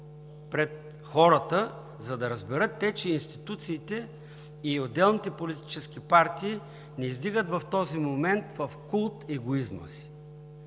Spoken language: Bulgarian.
пред хората, за да разберат те, че институциите и отделните политически партии не издигат в този момент в култ егоизма си.